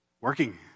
working